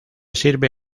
sirve